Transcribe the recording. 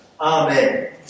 Amen